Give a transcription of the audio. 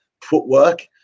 footwork